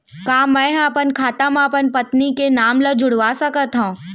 का मैं ह अपन खाता म अपन पत्नी के नाम ला जुड़वा सकथव?